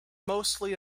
mostly